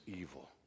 evil